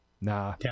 nah